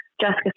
Jessica